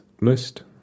list